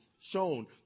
shown